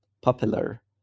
popular